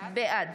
בעד